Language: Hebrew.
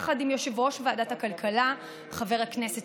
יחד עם יושב-ראש ועדת הכלכלה חבר הכנסת